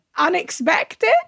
unexpected